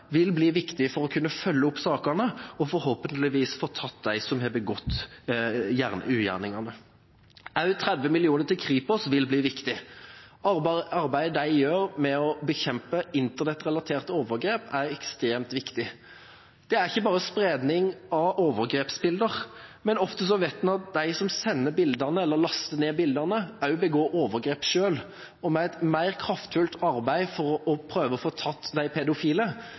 vil bli viktig for å kunne følge opp sakene og forhåpentligvis få tatt dem som har begått ugjerningene. Også 30 mill. kr til Kripos vil bli viktig. Arbeidet de gjør for å bekjempe internettrelaterte overgrep, er ekstremt viktig. Det gjelder ikke bare spredning av overgrepsbilder, for ofte vet vi at de som sender bildene, eller laster ned bildene, også begår overgrep selv. Og med et mer kraftfullt arbeid for å prøve å få tatt de pedofile